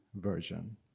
version